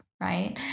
right